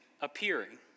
appearing